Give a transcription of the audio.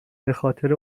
بخاطر